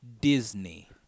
Disney